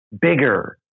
bigger